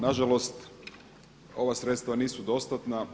Na žalost ova sredstva nisu dostatna.